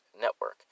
Network